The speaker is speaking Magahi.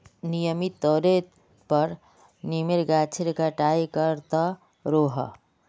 नियमित तौरेर पर नीमेर गाछेर छटाई कर त रोह